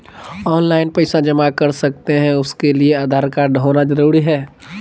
Online पैसा जमा कर सकते हैं उसके लिए आधार कार्ड होना जरूरी है?